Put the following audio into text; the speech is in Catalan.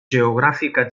geogràfica